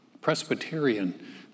Presbyterian